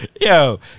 Yo